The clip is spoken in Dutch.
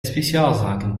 speciaalzaken